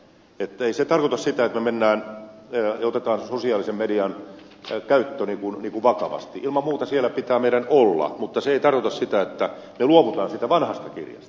ei se että me otamme sosiaalisen median käytön vakavasti ilman muuta siellä pitää meidän olla tarkoita sitä että me luovumme siitä vanhasta kirjasta